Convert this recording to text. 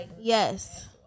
yes